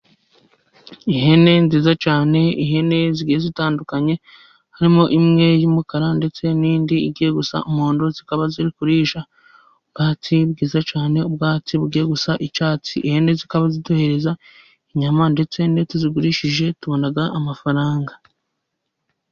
Ihene nziza cyane ihene zigiye zitandukanye harimo imwe y'umukara, ndetse n'indi igiye gusa n'umuhondo, zikaba ziri kurisha ubwatsi bwiza cyane ubwatsi bugiye gusa n'icyatsi. Ihene zikaba ziduhereza inyama, ndetse n'iyo tuzigurishije tubona amafaranga.